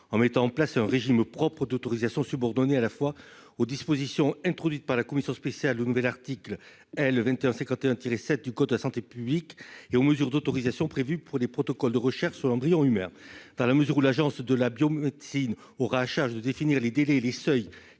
en mettant en place un régime propre d'autorisation. Cette dernière serait subordonnée à la fois aux dispositions introduites par la commission spéciale au nouvel article L. 2151-7 du code de la santé publique et aux mesures d'autorisation prévues pour les protocoles de recherche sur l'embryon humain. L'Agence de la biomédecine aura à charge de définir les délais et les seuils